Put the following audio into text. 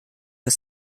des